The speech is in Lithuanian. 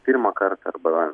pirmą kartą arba